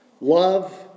Love